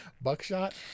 Buckshot